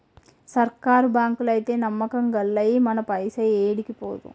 సర్కారు బాంకులైతే నమ్మకం గల్లయి, మన పైస ఏడికి పోదు